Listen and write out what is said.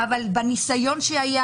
אבל בניסיון שהיה,